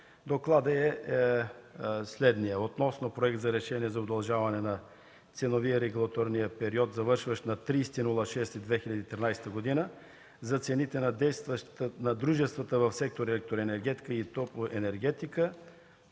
по енергетика относно Проект за решение за удължаване на ценовия/регулаторния период, завършващ на 30 юни 2013 г., за цените на дружествата в сектор „Електроенергетика и топлоенергетика”